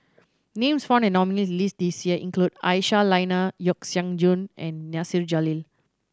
names found in nominees' list this year include Aisyah Lyana Yeo Siak Goon and Nasir Jalil